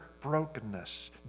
brokenness